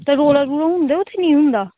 ਅਤੇ ਰੌਲਾ ਰੂਲਾ ਹੁੰਦਾ ਉੱਥੇ ਨਹੀਂ ਹੁੰਦਾ